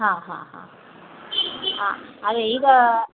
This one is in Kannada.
ಹಾಂ ಹಾಂ ಹಾಂ ಹಾಂ ಅದೆ ಈಗಾ